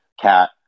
cat